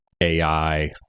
AI